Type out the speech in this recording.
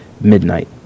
midnight